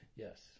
Yes